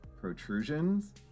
protrusions